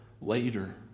later